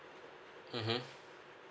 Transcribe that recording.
mmhmm